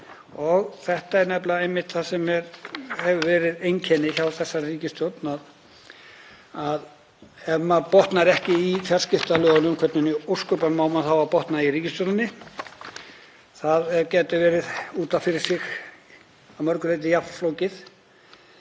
Þetta er nefnilega einmitt það sem hefur verið einkenni hjá þessari ríkisstjórn, ef maður botnar ekki í fjarskiptalögunum, hvernig í ósköpunum á maður þá að botna í ríkisstjórninni? Það gæti verið út af fyrir sig að mörgu leyti jafn flókið